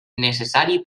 necessari